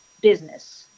business